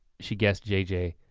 she guessed j j.